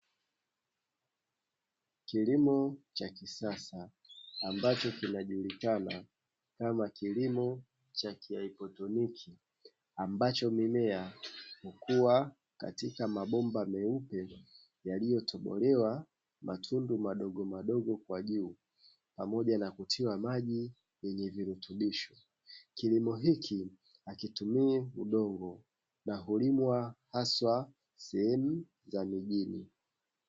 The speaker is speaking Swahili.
Kilimo cha kisasa ambacho kinajulikana kama kilimo cha kihaipotoniki ambacho mimea hukua katika mabomba meupe yaliyotobolewa matundu madogomadogo kwa juu pamoja na kutiwa maji yenye virutubisho. Kilimo hiki hakitumii udongo na hulimwa haswa sehemu za mijini.